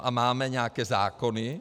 A máme nějaké zákony.